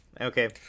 okay